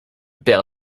père